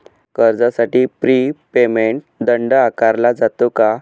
कर्जासाठी prepayment दंड आकारला जातो का?